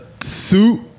suit